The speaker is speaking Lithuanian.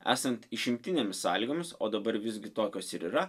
esant išimtinėmis sąlygoms o dabar visgi tokios ir yra